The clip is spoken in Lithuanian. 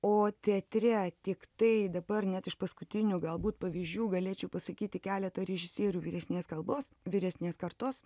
o teatre tiktai dabar net iš paskutinių galbūt pavyzdžių galėčiau pasakyti keletą režisierių vyresnės kalbos vyresnės kartos